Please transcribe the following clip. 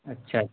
اچھا